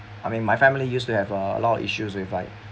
I mean my family used to have a a lot of issues with like